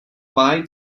buy